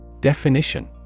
Definition